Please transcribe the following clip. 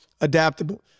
adaptable